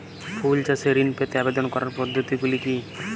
ফুল চাষে ঋণ পেতে আবেদন করার পদ্ধতিগুলি কী?